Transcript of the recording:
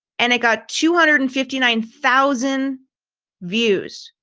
and it got two hundred and fifty nine thousand views.